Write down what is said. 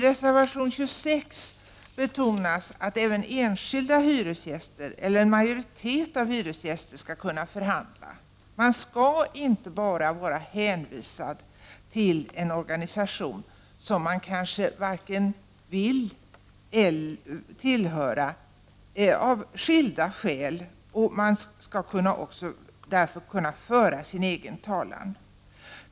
I reservation 26 betonas att även enskilda hyresgäster eller en majoritet av hyresgäster skall kunna förhandla. Man skall inte bara vara hänvisad till en organisation som man av skilda skäl kanske inte vill tillhöra. Man skall själv kunna föra talan.